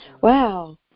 wow